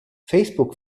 facebook